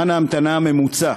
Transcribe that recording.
זמן ההמתנה הממוצע,